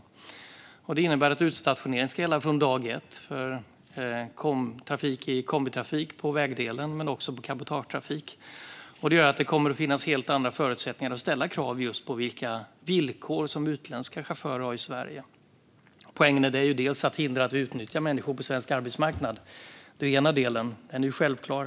Överenskommelsen innebär att utstationering ska gälla från dag ett för trafik i kombitrafik på vägdelen men också på cabotagetrafik. Det gör att det kommer att finnas helt andra förutsättningar att ställa krav just på vilka villkor som utländska chaufförer har i Sverige. Poängen är dels att hindra att vi utnyttjar människor på svensk arbetsmarknad. Det är den ena delen, och den är ju självklar.